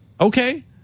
Okay